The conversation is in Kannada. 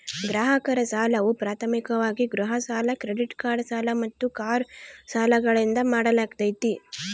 ಗ್ರಾಹಕರ ಸಾಲವು ಪ್ರಾಥಮಿಕವಾಗಿ ಗೃಹ ಸಾಲ ಕ್ರೆಡಿಟ್ ಕಾರ್ಡ್ ಸಾಲ ಮತ್ತು ಕಾರು ಸಾಲಗಳಿಂದ ಮಾಡಲಾಗ್ತೈತಿ